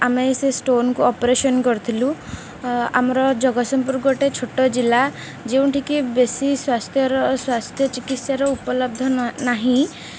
ଆମେ ସେ ଷ୍ଟୋନ୍କୁ ଅପରେସନ୍ କରିଥିଲୁ ଆମର ଜଗତସିଂହପୁର ଗୋଟେ ଛୋଟ ଜିଲ୍ଲା ଯେଉଁଠିକି ବେଶୀ ସ୍ୱାସ୍ଥ୍ୟର ସ୍ୱାସ୍ଥ୍ୟ ଚିକିତ୍ସାର ଉପଲବ୍ଧ ନାହିଁ